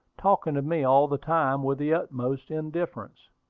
talking to me all the time with the utmost indifference.